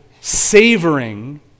savoring